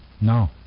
no